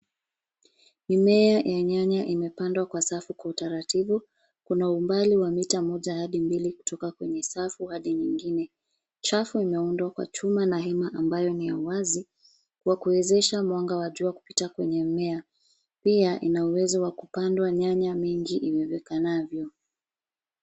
Mimea ya nyanya imepandwa kwa safu kwa utaratibu, kuna umbali wa mita moja hadi mbili kutoka kwenye safu hadi nyingine. Chafu imeundwa kwa chuma na hema ambayo ni ya uwazi wa kuwezesha mwanga wa jua kupita kwenye mmea, pia ina uwezo wa kupandwa nyanya mingi iwezekanavyo.